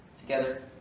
together